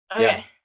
Okay